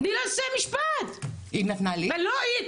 קצת תעזרי לאנשים בחברה שלך, נכון לגבי כולם.